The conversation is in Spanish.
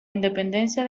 independencia